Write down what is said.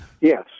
Yes